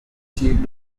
chief